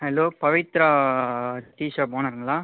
hello Pavithra tea shop ஓனருங்களா